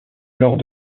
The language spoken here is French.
lors